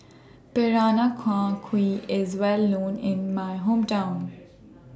Peranakan Kueh IS Well known in My Hometown